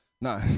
No